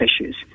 issues